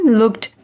looked